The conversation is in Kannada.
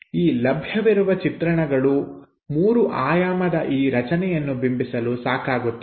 ಈ ಲಭ್ಯವಿರುವ ಚಿತ್ರಣಗಳು ಮೂರು ಆಯಾಮದ ಈ ರಚನೆಯನ್ನು ಬಿಂಬಿಸಲು ಸಾಕಾಗುತ್ತವೆ